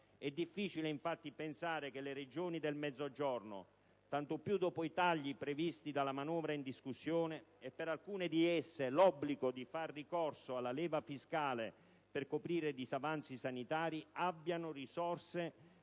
È difficile, infatti, pensare che le Regioni del Mezzogiorno, tanto più dopo i tagli previsti dalla manovra in discussione e, per alcune di esse, l'obbligo di far ricorso alla leva fiscale per coprire i disavanzi sanitari, abbiano risorse